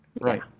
right